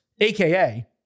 AKA